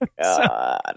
God